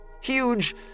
Huge